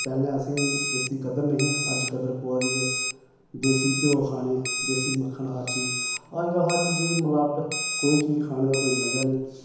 ते पेह्लें असें गी इसदी कदर नेईं ही अज्ज कदर पवै दी ऐ देसी घ्यो खाने देसी मक्खन हर चीज अजकल हर चीजै च मलावट कोई चीज खाने दा कोई मजा नेईं